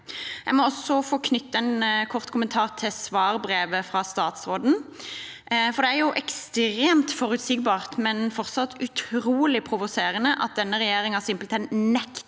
Jeg må også få knytte en kort kommentar til svarbrevet fra statsråden, for det er ekstremt forutsigbart, men fortsatt utrolig provoserende, at denne regjeringen simpelthen nekter